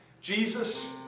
Jesus